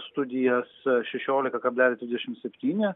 studijas šešiolika kablelis dvidešimt septyni